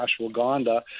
ashwagandha